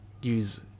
use